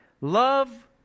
Love